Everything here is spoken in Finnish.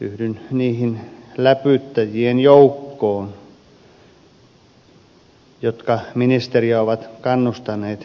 yhdyn niihin läpyttäjien loukkoon jotka ministeriä ovat kannustaneet jatkotoimiin